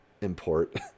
import